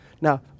Now